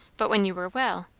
but when you were well.